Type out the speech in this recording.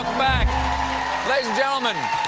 back gentlemen,